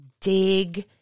dig